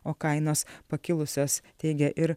o kainos pakilusios teigia ir